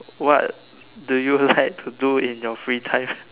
what do you like to do in your free time